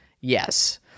Yes